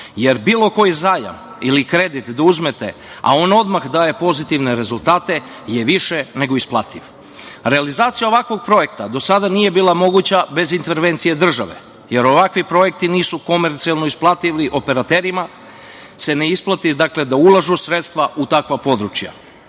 jer bilo koji zajam ili kredit da uzmete, a on odmah daje pozitivne rezultate je više nego isplativ. Realizacija ovakvog projekta do sada nije bila moguća bez intervencije države, jer ovakvi projekti nisu komercijalno isplativi. Operaterima se ne isplati da ulažu sredstva u takva područja. Kada